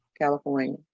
California